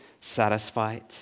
satisfied